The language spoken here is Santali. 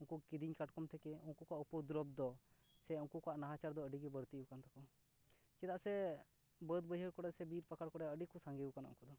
ᱩᱱᱠᱩ ᱠᱤᱫᱤᱧ ᱠᱟᱴᱠᱚᱢ ᱛᱷᱮᱠᱮ ᱩᱱᱠᱩ ᱠᱚᱣᱟᱜ ᱩᱯᱚᱫᱨᱚᱵᱽ ᱫᱚ ᱥᱮ ᱩᱱᱠᱩ ᱠᱚᱣᱟᱜ ᱱᱟᱦᱟᱪᱟᱨ ᱫᱚ ᱟᱹᱰᱤᱜᱮ ᱵᱟᱹᱲᱛᱤ ᱟᱠᱟᱱ ᱛᱟᱠᱚᱣᱟ ᱪᱮᱫᱟᱜ ᱥᱮ ᱵᱟᱹᱫ ᱵᱟᱹᱭᱦᱟᱹᱲ ᱠᱚᱨᱮ ᱥᱮ ᱵᱤᱨ ᱯᱟᱠᱟᱲ ᱠᱚᱨᱮ ᱟᱹᱰᱤ ᱠᱚ ᱥᱟᱸᱜᱮ ᱟᱠᱟᱱᱟ ᱩᱱᱠᱩ ᱫᱚ